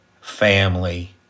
family